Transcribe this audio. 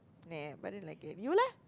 [neh] I didn't like it you leh